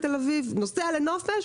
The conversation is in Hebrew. נוסע לנופש,